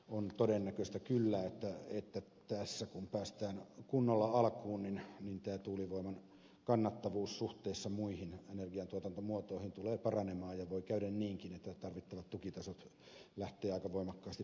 on todennäköistä kyllä että tässä kun päästään kunnolla alkuun niin tämä tuulivoiman kannattavuus suhteessa muihin energiantuotantomuotoihin tulee paranemaan ja voi käydä niinkin että tarvittavat tukitasot lähtevät aika voimakkaasti painumaan alaspäin